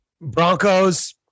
Broncos